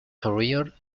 career